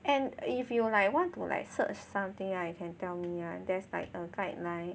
and if you like want to like search something right you can tell me [one] there's like a guideline